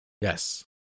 Yes